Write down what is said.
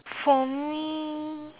for me